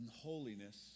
Holiness